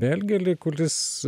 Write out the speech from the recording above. belgelį kulis